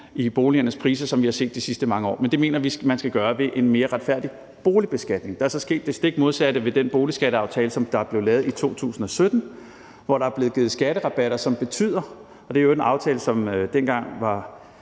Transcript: i boligpriserne, som vi har set i de sidste mange år, men det mener vi at man skal gøre ved en mere retfærdig boligbeskatning. Der er så sket det stik modsatte med den boligskatteaftale, der blev lavet i 2017, hvor der blev givet skatterabatter. Det er i øvrigt en aftale, som